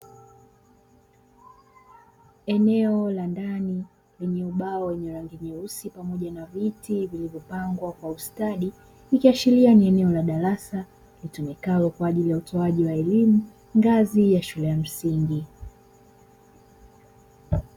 Eneo la ndani lenye ubao wenye rangi nyeusi pamoja na viti vilivyopangwa kwa ustadi, kiashiria ni eneo la darasa litumikalo kwa ajili ya utoaji wa elimu ngazi ya shule ya msingi.